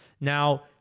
Now